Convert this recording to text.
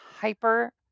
hyper